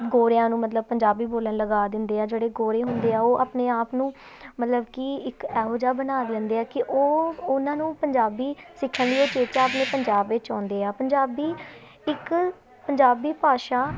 ਗੋਰਿਆਂ ਨੂੰ ਮਤਲਬ ਪੰਜਾਬੀ ਬੋਲਣ ਲਗਾ ਦਿੰਦੇ ਆ ਜਿਹੜੇ ਗੋਰੇ ਹੁੰਦੇ ਆ ਉਹ ਆਪਣੇ ਆਪ ਨੂੰ ਮਤਲਬ ਕਿ ਇੱਕ ਇਹੋ ਜਿਹਾ ਬਣਾ ਲੈਂਦੇ ਆ ਕਿ ਉਹ ਉਹਨਾਂ ਨੂੰ ਪੰਜਾਬੀ ਸਿੱਖਣ ਲਈ ਆਪਣੇ ਪੰਜਾਬ ਵਿੱਚ ਆਉਂਦੇ ਆ ਪੰਜਾਬ ਇੱਕ ਪੰਜਾਬੀ ਭਾਸ਼ਾ